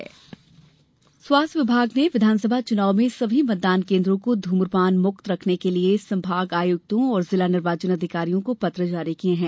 ध्म्प्रपान स्वास्थ्य विभाग ने विधानसभा चुनाव में सभी मतदान केन्द्रों को धूम्रपान मुक्त रखने के लिये संभाग आयुक्तों और जिला निर्वाचन अधिकारियों को पत्र जारी किये हैं